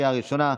לקריאה הראשונה.